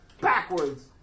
backwards